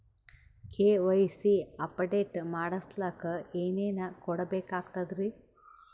KYC update ಮಾಡಸ್ಲಕ ಏನೇನ ಕೊಡಬೇಕಾಗ್ತದ್ರಿ?